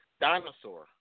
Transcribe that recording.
dinosaur